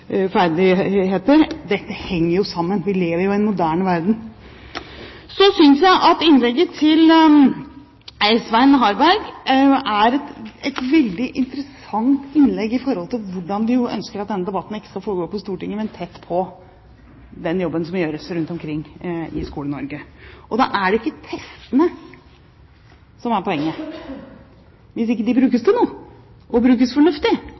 ferdigheter. Dette henger jo sammen, vi lever i en moderne verden. Så synes jeg at innlegget til Svein Harberg er veldig interessant med tanke på at vi ikke ønsker at denne debatten skal foregå på Stortinget, men tett på den jobben som gjøres rundt omkring i Skole-Norge. Da er det ikke testene som er poenget, hvis de ikke brukes til noe og brukes fornuftig.